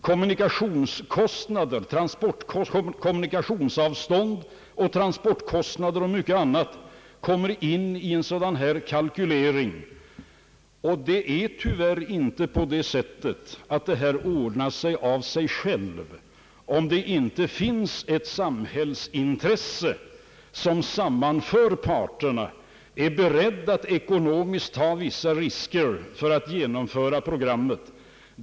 Kommunikationsavstånd, transportkostnader och mycket annat kommer in i en sådan kalkylering. Detta ordnar sig tyvärr inte av sig självt om det inte finns ett samhällsintresse som sammanför parterna, om inte samhället är berett att ekonomiskt ta vissa risker för att genomföra programmet.